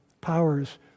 powers